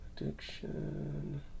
addiction